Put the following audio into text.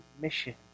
mission